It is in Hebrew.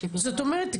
זאת אומרת,